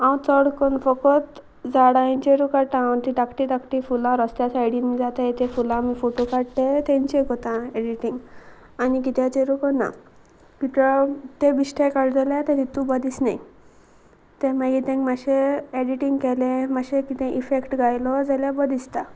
हांव चड करून फकोत झाडांचेरूय काडटा हांव ती धाकटी धाकटी फुलां रस्त्या सायडीन जाताय ते फुलां आमी फोटो काडट तेंचे कोता एडिटींग आनी कित्याचेरू कोना कित्या ते बिश्टें काड जाल्यार ते तितू बर दिसनाय तें मागीर तेंक मात्शें एडिटींग केलें मातशें कितें इफेक्ट गायलो जाल्यार बरो दिसता